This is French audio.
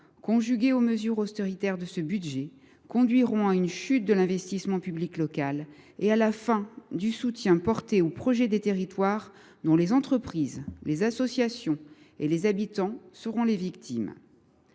conjugué aux mesures austéritaires de ce budget, conduira à une chute de l’investissement public local et à la fin du soutien porté aux projets des territoires dont les entreprises, les associations et les habitants seront les victimes.